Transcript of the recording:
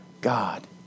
God